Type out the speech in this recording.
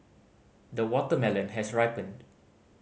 the watermelon has ripened